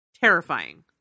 Terrifying